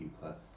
plus